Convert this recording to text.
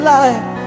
life